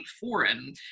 foreign